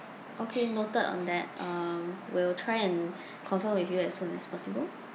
okay noted on that um we'll try and confirm with you as soon as possible